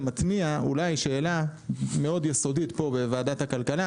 כי הוא דיון שמתניע אולי שאלה מאוד יסודית פה בוועדת הכלכלה